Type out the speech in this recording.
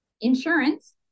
insurance